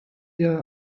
der